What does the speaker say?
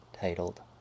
titled